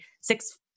six